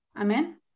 Amen